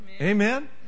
Amen